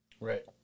Right